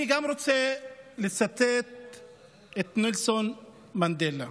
אני גם רוצה לצטט את נלסון מנדלה,